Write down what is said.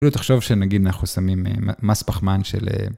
אפילו תחשוב שנגיד אנחנו שמים מס פחמן של